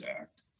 Act